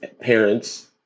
parents